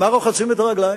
עם מה רוחצים את הרגליים?